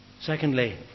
Secondly